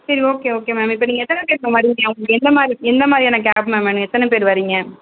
சரி okay okay ma'am இப்போ நீங்கள் எத்தனை பேர் வரிங்க உங்களுக்கு எந்தமாதிரி எந்தமாதிரியான கேப் மேம் வேணும் எத்தனை பேர் வரிங்க